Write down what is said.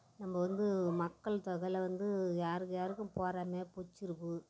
நம்ம வந்து மக்கள் தொகையில் வந்து யாருக்கு யாருக்கும் பொறாமையா பிடிச்சிருக்கு